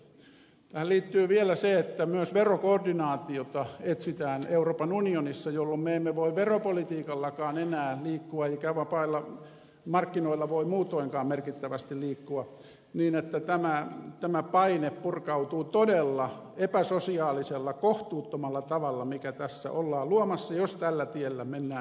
tähän liittyy vielä se että myös verokoordinaatiota etsitään euroopan unionissa jolloin me emme voi veropolitiikallakaan enää liikkua eikä vapailla markkinoilla voi muutoinkaan merkittävästi liikkua niin että tämä paine purkautuu todella epäsosiaalisella kohtuuttomalla tavalla mitä tässä ollaan luomassa jos tällä tiellä mennään eteenpäin